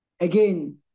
again